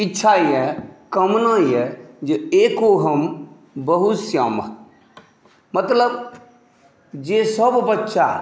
इच्छा अइ कामना अइ जे एकोहम बहुश्यामः मतलब जे सभ बच्चा